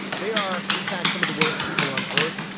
they are, in fact, some of the worst people on earth.